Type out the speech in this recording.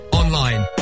online